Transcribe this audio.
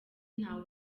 ntawe